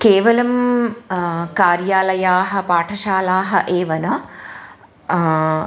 केवलं कार्यालयाः पाठशालाः एव न